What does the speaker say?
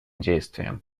действиям